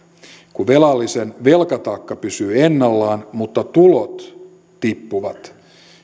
kun velallisen velkataakka pysyy ennallaan mutta tulot tippuvat